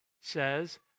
says